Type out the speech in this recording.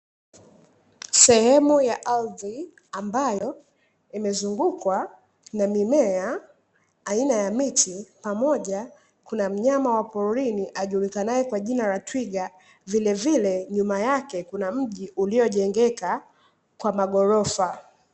Sehemu ya ardhi ambayo imezungukwa na mimea aina ya miti, pamoja kuna mnyama wa porini ajulikanaye kwa jina la twiga, vilevile nyuma yake kuna mji uliojengeka kwa maghorofa.